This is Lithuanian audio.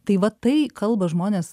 tai va tai kalba žmonės